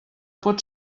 pot